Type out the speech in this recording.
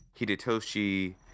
Hidetoshi